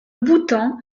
bhoutan